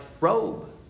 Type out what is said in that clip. robe